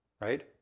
right